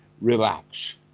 relax